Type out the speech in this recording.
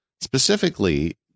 Specifically